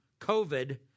COVID